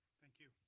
thank you.